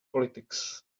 politics